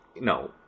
No